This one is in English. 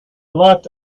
locked